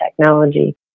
technology